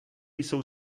jsou